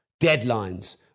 deadlines